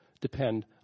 depend